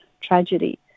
tragedy